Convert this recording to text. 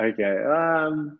Okay